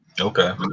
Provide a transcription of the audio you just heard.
Okay